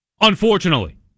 unfortunately